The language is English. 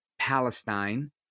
Palestine